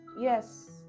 Yes